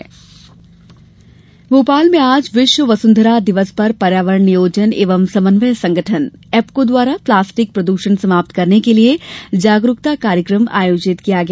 एप्को भोपाल में आज विश्व वसंधरा दिवस पर पर्यावरण नियोजन एवं समन्वय संगठन एप्को द्वारा प्लास्टिक प्रदषण समाप्त करने के लिए जागरूकता कार्यक्रम आयोजित किया गया